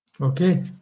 Okay